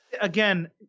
again